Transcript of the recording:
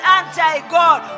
anti-God